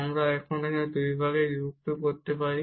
এবং এখন আমরা 2 ভাগে বিভক্ত হতে পারি